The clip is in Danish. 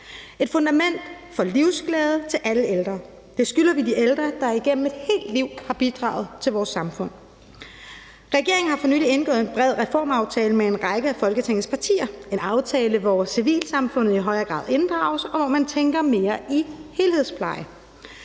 et fundament for livsglæde til alle ældre. Det skylder vi de ældre, der igennem et helt liv har bidraget til vores samfund. Regeringen har for nylig indgået en bred reformaftale med en række af Folketingets partier. Det er en aftale, hvor civilsamfundet i højere grad inddrages, og hvor man tænker mere i helhedspleje.